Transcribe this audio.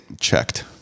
checked